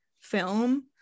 film